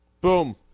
Boom